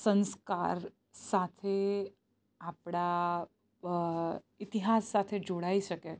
સંસ્કાર સાથે આપણા ઇતિહાસ સાથે જોડાઈ શકે